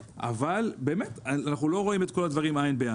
אבל אנחנו לא רואים את כל הדברים עין בעין.